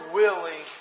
willing